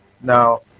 Now